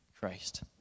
Christ